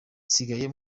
nsigaye